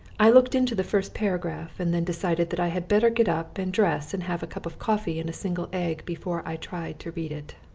i looked into the first paragraph and then decided that i had better get up and dress and have a cup of coffee and a single egg before i tried to read it.